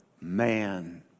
man